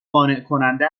قانعکننده